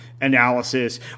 analysis